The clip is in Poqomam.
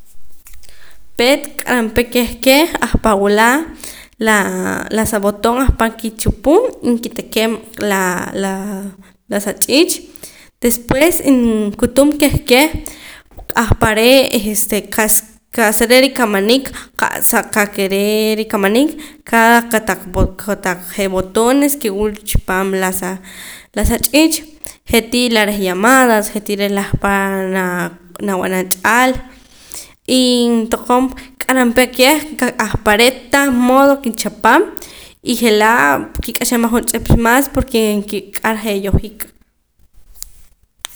Peet q'aram keh keh ahpa' wula laa la sa botoon ahpa' kichupum y nkitakem laa la la sa ch'iich' después nkutum keh keh ahpare' este qa'sa re' rikamaniik qakere' rikamaniik cada kataq kotaq je' botones ke wul chipaam la sa la sa ch'iich' je' tii la reh llamadas je'tii reh ahpa' laa naa b'anam ach'al y toqom q'aram pa keh ke ahpare' tah moodo kichapam y je'laa kik'axamaj juntz'ep chah maas porque je nkik'ar je' yo'jik